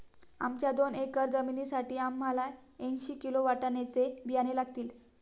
आमच्या दोन एकर जमिनीसाठी आम्हाला ऐंशी किलो वाटाण्याचे बियाणे लागतील